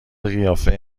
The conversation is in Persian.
قیافه